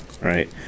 right